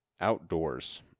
outdoors